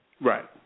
Right